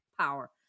power